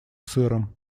сыром